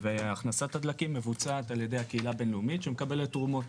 הכנסת הדלקים מבוצעת על ידי הקהילה הבינלאומית שמקבלת תרומות.